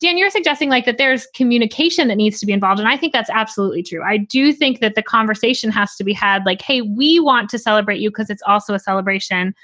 dan, you're suggesting like that there's communication that needs to be involved. and i think that's absolutely true. i do think that the conversation has to be had like, hey, we want to celebrate you because it's also a celebration